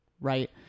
right